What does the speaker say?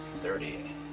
thirty